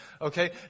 Okay